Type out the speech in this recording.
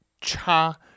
cha